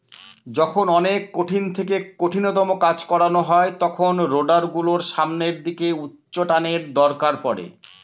যখন অনেক কঠিন থেকে কঠিনতম কাজ করানো হয় তখন রোডার গুলোর সামনের দিকে উচ্চটানের দরকার পড়ে